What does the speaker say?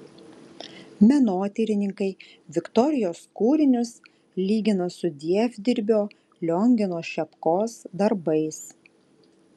menotyrininkai viktorijos kūrinius lygina su dievdirbio liongino šepkos darbais